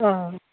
অঁ